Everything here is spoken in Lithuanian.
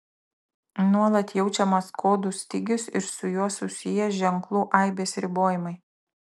nuolat jaučiamas kodų stygius ir su juo susiję ženklų aibės ribojimai